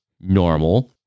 normal